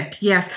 yes